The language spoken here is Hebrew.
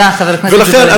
ולכן,